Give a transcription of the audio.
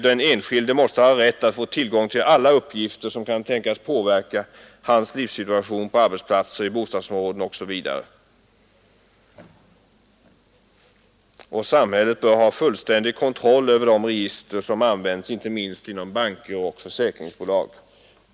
Den enskilde måste ha rätt att få tillgång till alla uppgifter som kan tänkas påverka hans livssituation på arbetsplatser, i bostadsområden, osv. Samhället bör ha fullständig kontroll över de register som används, inte minst inom banker och försäkringsbolag.